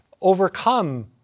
overcome